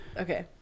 Okay